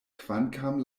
kvankam